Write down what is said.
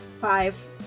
Five